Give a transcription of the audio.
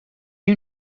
you